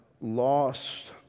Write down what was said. lost